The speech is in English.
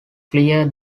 clear